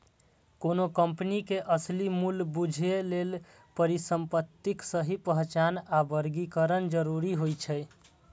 कोनो कंपनी के असली मूल्य बूझय लेल परिसंपत्तिक सही पहचान आ वर्गीकरण जरूरी होइ छै